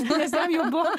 nes jam jau buvo